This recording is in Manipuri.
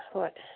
ꯍꯣꯏ